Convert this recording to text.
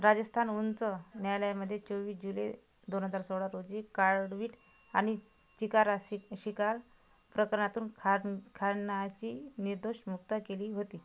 राजस्थान उंच न्यायालयामध्ये चोवीस जुलै दोन हजार सोळा रोजी काळवीट आणि चिकारा सि शिकार प्रकरणातून खान खानाची निर्दोष मुक्ता केली होती